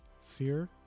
fear